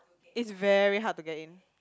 is very hard to get in